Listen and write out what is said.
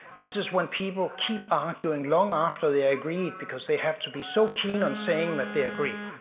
this is when people keep arguing long after they agree because they have to be so keen on saying that they agree.